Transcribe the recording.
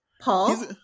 Paul